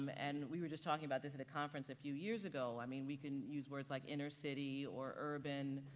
um and we were just talking about this at a conference a few years ago. i mean, we can use words like inner city or urban